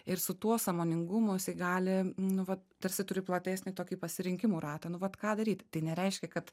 ir su tuo sąmoningumu jisai gali nu vat tarsi turi platesnį tokį pasirinkimų ratą nu vat ką daryt tai nereiškia kad